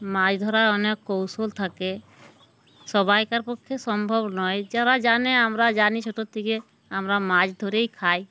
মাছ ধরার অনেক কৌশল থাকে সবাইকার পক্ষে সম্ভব নয় যারা জানে আমরা জানি ছোটোর থেকে আমরা মাছ ধরেই খাই